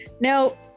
Now